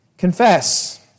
Confess